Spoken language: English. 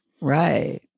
Right